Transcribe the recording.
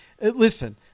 listen